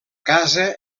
casa